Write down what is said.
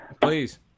please